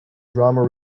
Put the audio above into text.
drama